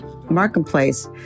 marketplace